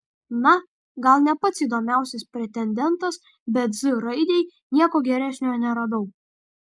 na gal ne pats įdomiausias pretendentas bet z raidei nieko geresnio neradau